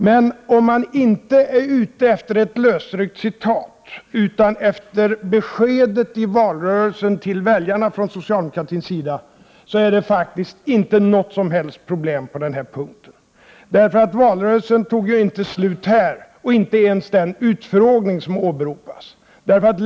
Men om man inte är ute efter ett lösryckt citat utan efter socialdemokratins besked i valrörelsen till väljarna är det faktiskt inte något som helst problem på denna punkt. Valrörelsen tog nämligen inte slut i och med detta och inte ens den utfrågning som åberopats.